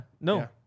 No